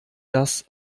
das